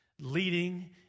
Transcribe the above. leading